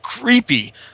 creepy